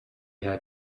had